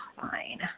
fine